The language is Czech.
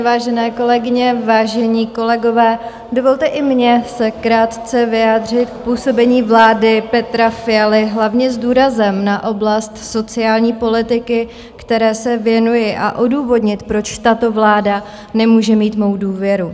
Vážené kolegyně, vážení kolegové, dovolte i mně se krátce vyjádřit k působení vlády Petra Fialy hlavně s důrazem na oblast sociální politiky, které se věnuji, a odůvodnit, proč tato vláda nemůže mít mou důvěru.